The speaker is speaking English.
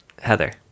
Heather